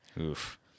Oof